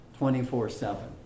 24-7